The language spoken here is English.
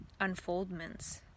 unfoldments